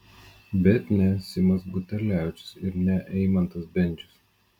bet ne simas buterlevičius ir ne eimantas bendžius